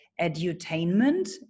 edutainment